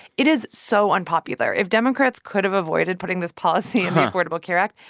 it is so unpopular. if democrats could have avoided putting this policy in the affordable care act,